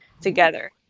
together